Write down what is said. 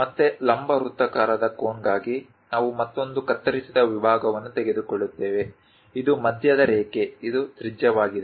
ಮತ್ತೆ ಲಂಬ ವೃತ್ತಾಕಾರದ ಕೋನ್ಗಾಗಿ ನಾವು ಮತ್ತೊಂದು ಕತ್ತರಿಸಿದ ವಿಭಾಗವನ್ನು ತೆಗೆದುಕೊಳ್ಳುತ್ತೇವೆ ಇದು ಮಧ್ಯದ ರೇಖೆ ಇದು ತ್ರಿಜ್ಯವಾಗಿದೆ